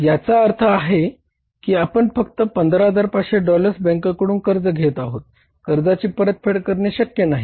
तर याचा अर्थ असा आहे की आपण फक्त 15500 डॉलर्सच्या बँकेकडून कर्ज घेत आहोत कर्जाची परतफेड करणे शक्य नाही